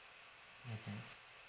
mmhmm